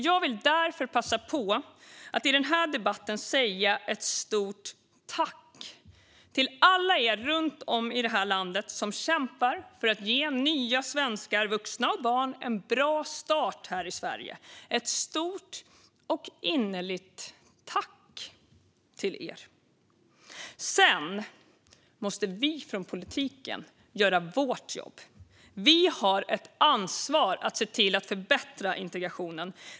Jag vill därför passa på att i den här debatten säga ett stort tack till alla er runt om i landet som kämpar för att ge nya svenskar, vuxna och barn, en bra start här i Sverige. Ett stort och innerligt tack till er! Sedan måste vi från politiken göra vårt jobb. Vi har ett ansvar att se till att förbättra integrationen.